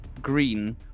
green